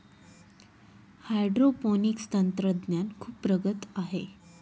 hydroponics तंत्रज्ञान खूप प्रगत आहे